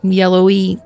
yellowy